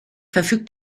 verfügt